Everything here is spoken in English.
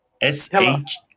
S-H